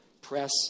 press